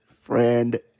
friend